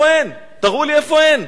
תראו לי איפה הם.